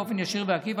באופן ישיר ועקיף,